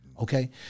Okay